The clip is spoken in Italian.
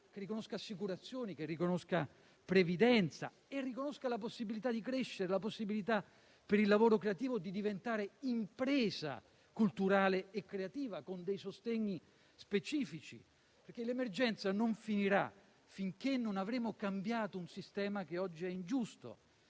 che riconosca assicurazioni, previdenza e la possibilità di crescere la possibilità per il lavoro creativo di diventare impresa culturale e creativa, con dei sostegni specifici. L'emergenza non finirà finché non avremo cambiato un sistema che oggi è ingiusto.